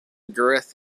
gareth